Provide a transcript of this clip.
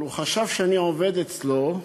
אבל הוא חשב שאני עובד אצלו,